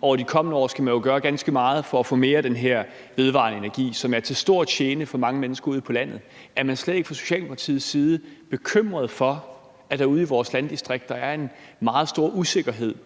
over de kommende år skal man jo gøre ganske meget for at få mere af den her vedvarende energi, hvilket vil være til stor gene for mange mennesker ude på landet. Er man fra Socialdemokratiets side slet ikke bekymret for, at der ude i vores landdistrikter er en meget stor usikkerhed,